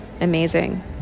amazing